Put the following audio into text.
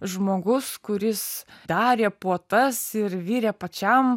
žmogus kuris darė puotas ir virė pačiam